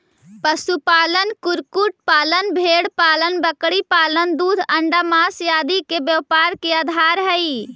पशुपालन, कुक्कुट पालन, भेंड़पालन बकरीपालन दूध, अण्डा, माँस आदि के व्यापार के आधार हइ